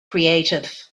creative